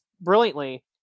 brilliantly